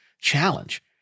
challenge